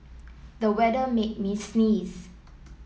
the weather made me sneeze